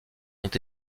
ont